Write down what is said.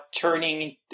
turning